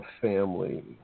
family